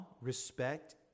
respect